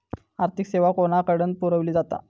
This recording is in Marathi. आर्थिक सेवा कोणाकडन पुरविली जाता?